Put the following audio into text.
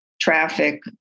traffic